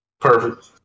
perfect